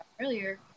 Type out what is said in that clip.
earlier